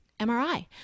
MRI